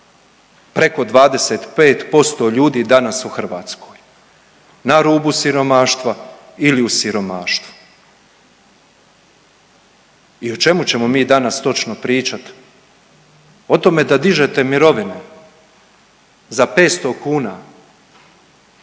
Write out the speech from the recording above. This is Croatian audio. preko 25% ljudi je danas u Hrvatskoj na rubu siromaštva ili u siromaštvu i o čemu ćemo mi danas točno pričat? O tome da dižete mirovinu za 500 kuna